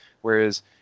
Whereas